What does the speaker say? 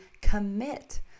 commit